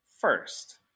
first